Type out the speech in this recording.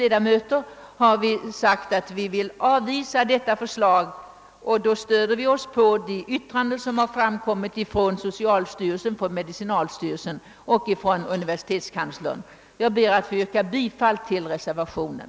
Därför har vi avstyrkt förslaget, och vi har därvid bl.a. stött oss på de yttranden som förra året avgavs av socialstyrelsen, medicinalstyrelsen och universitetskanslern. Herr talman! Jag ber att få yrka bifall till reservationen.